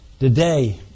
Today